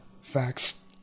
Facts